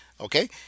okay